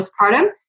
postpartum